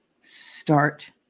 Start